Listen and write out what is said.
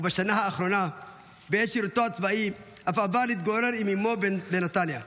ובשנה האחרונה בעת שירותו הצבאי אף עבר להתגורר עם אימו בנתניה.